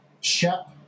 Shep